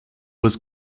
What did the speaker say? was